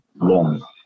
long